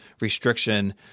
restriction